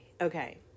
Okay